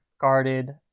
guarded